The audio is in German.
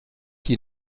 die